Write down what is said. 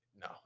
no